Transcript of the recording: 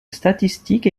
statistique